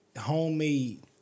homemade